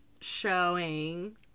showing